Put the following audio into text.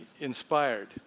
inspired